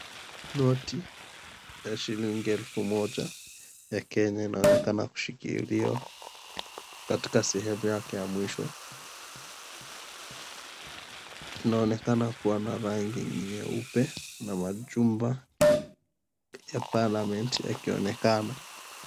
Noti ya shillingi elfu moja ya Kenya inaonekana kushikiliwa katika sehemu yake ya mwisho. Inaonekana kuwa na rangi nyeupe na majumba ya parliament yakionekana.